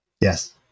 Yes